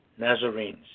Nazarenes